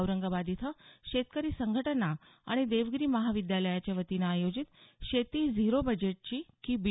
औरंगाबाद इथं शेतकरी संघटना आणि देवगिरी महाविद्याच्या वतीनं आयोजित शेती झिरो बजेटची की बी